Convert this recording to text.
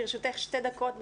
לרשותך שתי דקות,